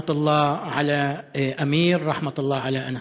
רחמת אללה עלא אמיר ורחמת אללה עלא אנאס.